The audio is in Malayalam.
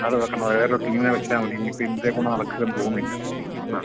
അത് വെക്കേണ്ട വേറൊരു ടീമിനെ വെച്ചാൽ മതി ഇനി ഇപ്പോൾ ഇവരെക്കൊണ്ട് നടക്കുമെന്ന് തോന്നണില്ല ആ